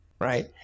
right